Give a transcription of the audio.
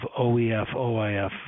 OEF-OIF